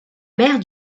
mère